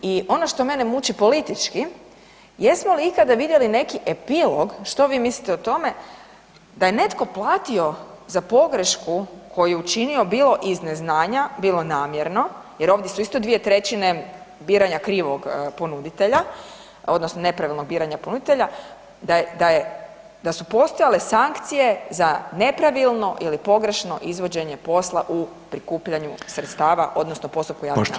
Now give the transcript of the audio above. I ono što mene muči politički, jesmo li ikada vidjeli neki epilog što vi mislite o tome, da je netko platio za pogrešku koju je učinio bilo iz neznanja, bilo namjerno, jer ovdje su isto dvije trećine biranja krivog ponuditelja odnosno nepravilnog biranja ponuditelja, da su postojale sankcije za nepravilno ili pogrešno izvođenje posla u prikupljanju sredstava odnosno postupka javne nabave?